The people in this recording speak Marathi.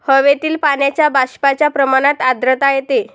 हवेतील पाण्याच्या बाष्पाच्या प्रमाणात आर्द्रता येते